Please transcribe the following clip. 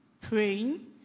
praying